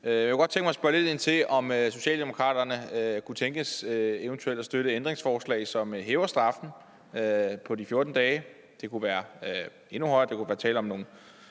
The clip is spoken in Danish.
Jeg kunne godt tænke mig at spørge lidt ind til, om Socialdemokratiet kunne tænkes eventuelt at støtte et ændringsforslag, som hæver straffen på de 14 dage. Den kunne være endnu højere. Der kunne være tale om flere